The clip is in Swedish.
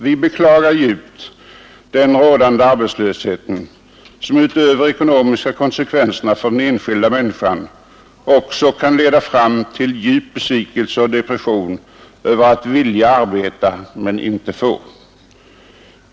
Vi beklagar djupt den rådande arbetslösheten, som utöver de ekonomiska konsekvenserna för den enskilda människan också kan leda fram till djup besvikelse och depression över att vilja arbeta men inte få.